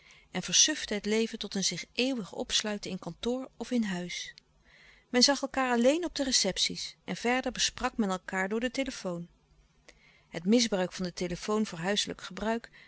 en versufte het leven tot een zich eeuwig opsluiten in kantoor of in huis men zag louis couperus de stille kracht elkaâr alleen op de receptie's en verder besprak men elkaâr door de telefoon het misbruik van de telefoon voor huiselijk gebruik